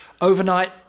Overnight